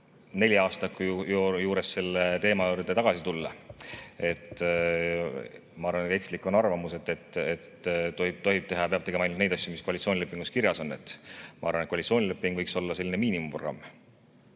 neliaastaku juures selle teema juurde tagasi tulla. Samas ma arvan, et ekslik on arvamus, et tohib teha ja peab tegema ainult neid asju, mis koalitsioonilepingus kirjas on. Ma arvan, et koalitsioonileping võiks olla miinimumprogramm.